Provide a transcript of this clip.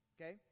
Okay